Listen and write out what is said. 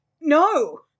no